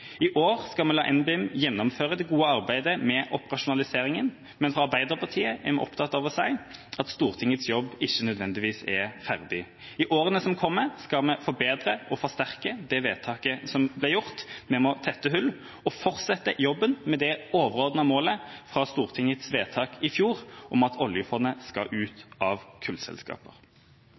I år skal vi la NBIM gjennomføre det gode arbeidet med operasjonaliseringen. Men fra Arbeiderpartiet er vi opptatt av å si at Stortingets jobb ikke nødvendigvis er ferdig. I årene som kommer, skal vi forbedre og forsterke det vedtaket som ble gjort. Vi må tette hull og fortsette jobben med det overordnede målet fra Stortingets vedtak i fjor om at oljefondet skal ut av kullselskaper.